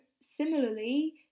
similarly